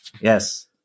yes